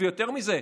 ויותר מזה,